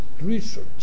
research